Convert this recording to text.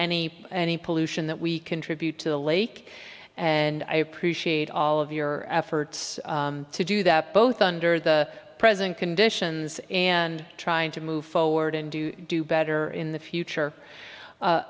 any any pollution that we contribute to the lake and i appreciate all of your efforts to do that both under the present conditions and trying to move forward and do do better in the